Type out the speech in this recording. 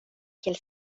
kiel